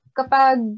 kapag